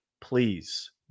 please